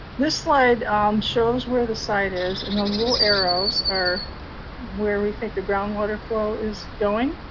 this slide shows where the site is, and those little arrows are where we think the groundwater flow is going,